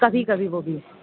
کبھی کبھی وہ بھی